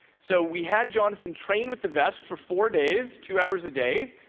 so we had jonathan train with the vest for four days, two hours a day,